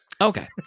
Okay